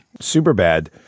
Superbad